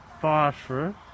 phosphorus